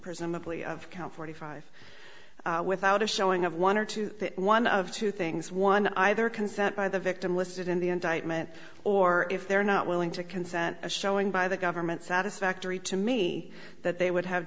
presumably of count forty five without a showing of one or two one of two things one either consent by the victim listed in the indictment or if they're not willing to consent to showing by the government satisfactory to me that they would have